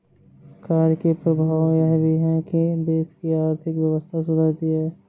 कर के प्रभाव यह भी है कि देश की आर्थिक व्यवस्था सुधरती है